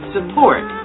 Support